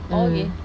mm